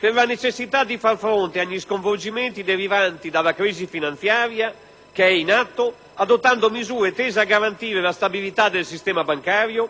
dalla necessità di far fronte agli sconvolgimenti derivanti dalla crisi finanziaria in atto, adottando misure tese a garantire la stabilità del sistema bancario